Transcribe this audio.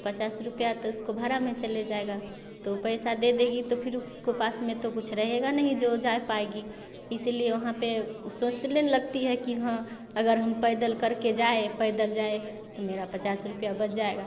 तो पचास रुपया तो उसको भाड़ा में चले जाएगा तो पैसा दे देगी तो फिर उसको पास में तो कुछ रहेगा नहीं जो जा पाएगी इसलिए वहाँ पर वह सोचने लगती है कि हाँ अगर हम पैदल करके जाए पैदल जाए मेरा पचास रुपया बच जाएगा